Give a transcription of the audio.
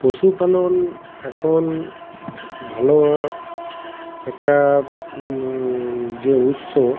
পশুপালন এখন ভালো একটা যে উৎস